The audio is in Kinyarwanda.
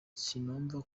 sinumva